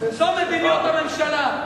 זו מדיניות הממשלה.